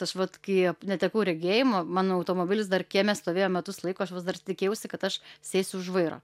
aš vat kai netekau regėjimo mano automobilis dar kieme stovėjo metus laiko aš vis dar tikėjausi kad aš sėsiu už vairo